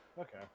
Okay